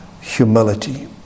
humility